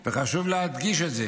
חשוב להדגיש את זה.